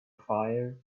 fire